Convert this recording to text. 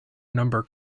number